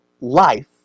life